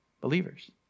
believers